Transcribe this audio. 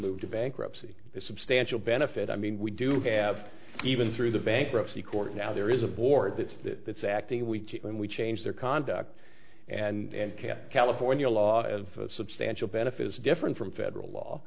move to bankruptcy is substantial benefit i mean we do have even through the bankruptcy court now there is a board that's that's acting weak when we change their conduct and california law is substantial benefit is different from federal law